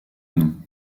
nom